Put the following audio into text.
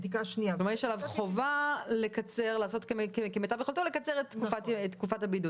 כלומר יש עליו חובה לקצר או לעשות כמיטב יכולתו לקצר את תקופת הבידוד.